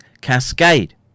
cascade